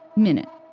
minute.